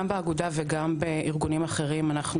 גם באגודה וגם בארגונים אחרים אנחנו